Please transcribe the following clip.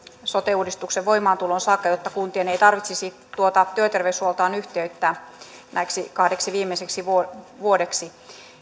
sote uudistuksen voimaantuloon saakka jotta kuntien ei tarvitsisi tuota työterveyshuoltoaan yhtiöittää näiksi kahdeksi viimeiseksi vuodeksi vuodeksi